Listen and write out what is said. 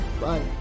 Bye